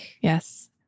Yes